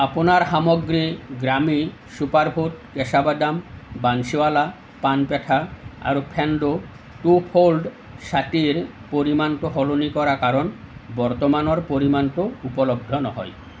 আপোনাৰ সামগ্ৰী গ্ৰামী চুপাৰফুড কেঁচা বাদাম বান্সীৱালা পান পেঠা আৰু ফেন্ডো টু ফ'ল্ড ছাতিৰ পৰিমাণটো সলনি কৰা কাৰণ বৰ্তমানৰ পৰিমাণটো উপলব্ধ নহয়